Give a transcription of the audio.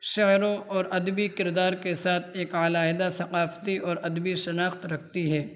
شاعروں اور ادبی کردار کے ساتھ ایک علیحدہ ثقافتی اور ادبی شناخت رکھتی ہے